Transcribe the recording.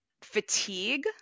fatigue